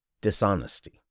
dishonesty